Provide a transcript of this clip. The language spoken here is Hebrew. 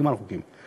נגמרו החוקים.